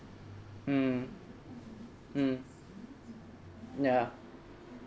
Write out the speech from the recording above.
mm mm ya